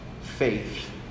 faith